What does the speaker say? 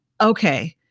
Okay